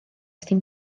dim